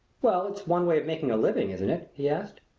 well, it's one way of making a living, isn't it? he asked.